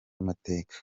mateka